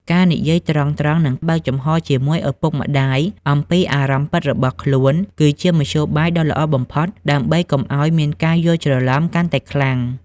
ការនិយាយត្រង់ៗ និងបើកចំហជាមួយឪពុកម្ដាយអំពីអារម្មណ៍ពិតរបស់ខ្លួន គឺជាមធ្យោបាយដ៏ល្អបំផុតដើម្បីកុំឱ្យមានការយល់ច្រឡំកាន់តែខ្លាំង។